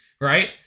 right